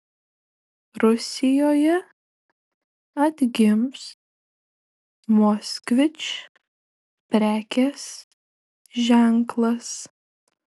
rusijoje atgims moskvič prekės ženklas